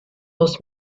muss